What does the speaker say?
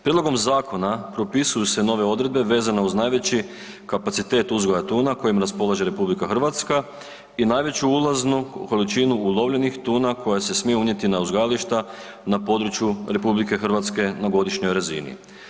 Prijedlogom zakona propisuju se nove odredbe vezane uz najveći kapacitet uzgoja tuna kojim raspolaže RH i najveću ulaznu količinu ulovljenih tuna koja se smije unijeti na uzgajališta na području RH na godišnjoj razini.